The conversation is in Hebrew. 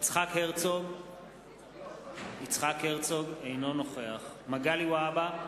יצחק הרצוג אינו נוכח מגלי והבה,